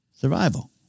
Survival